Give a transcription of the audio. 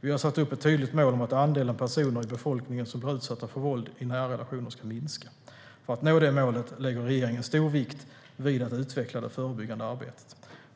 Vi har satt upp ett tydligt mål om att andelen personer i befolkningen som blir utsatta för våld i nära relationer ska minska. För att nå det målet lägger regeringen stor vikt vid att utveckla det förebyggande arbetet.